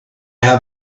have